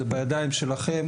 זה בידיים שלכם,